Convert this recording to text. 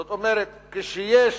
זאת אומרת, כשיש